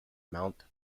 mount